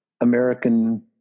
American